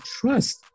trust